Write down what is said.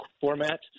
format